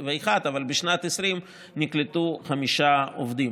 אבל בשנת 2020 נקלטו חמישה עובדים,